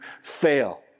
fail